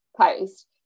post